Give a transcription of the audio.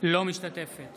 אינה משתתפת